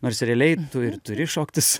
nors realiai tu ir turi šokti su